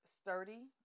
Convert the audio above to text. Sturdy